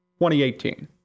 2018